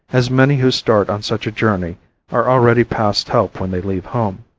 as many who start on such a journey are already past help when they leave home.